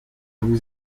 vous